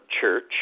church